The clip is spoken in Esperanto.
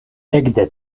ekde